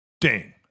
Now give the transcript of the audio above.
Ding